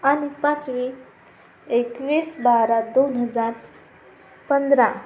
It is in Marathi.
अन् पाचवी एकवीस बारा दोन हजार पंधरा